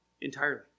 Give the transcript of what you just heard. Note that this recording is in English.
Entirely